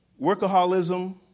Workaholism